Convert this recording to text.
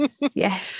Yes